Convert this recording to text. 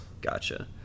Gotcha